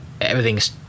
Everything's